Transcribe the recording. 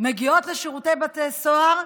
מגיעות לשירות בתי סוהר,